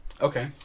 Okay